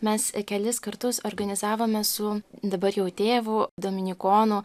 mes kelis kartus organizavome su dabar jau tėvu dominikonu